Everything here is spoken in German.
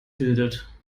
bildet